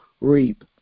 reap